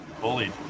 Bullied